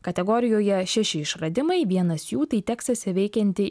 kategorijoje šeši išradimai vienas jų tai teksase veikianti